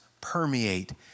permeate